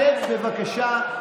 שב, בבקשה.